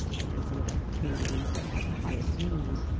in some of the communities that have the highest need,